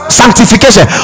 sanctification